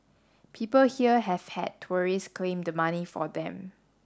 people here have had tourists claim the money for them